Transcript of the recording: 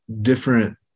different